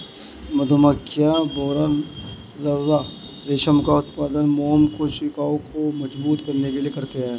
मधुमक्खियां, भौंरा लार्वा रेशम का उत्पादन मोम कोशिकाओं को मजबूत करने के लिए करते हैं